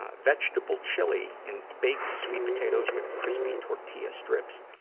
ah vegetable chili and baked sweet potatoes with crispy tortilla strips,